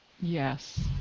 Yes